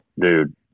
Dude